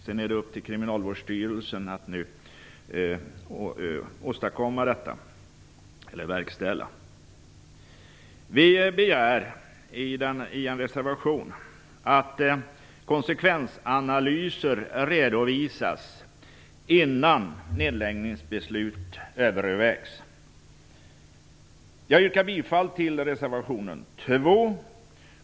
Det är sedan upp till Kriminalvårdsstyrelsen att verkställa detta. Vi begär i en reservation att konsekvensanalyser redovisas innan nedläggningsbeslut övervägs. Jag yrkar bifall till reservation nr 2.